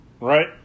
Right